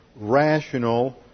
rational